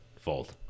Fold